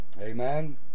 Amen